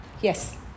Yes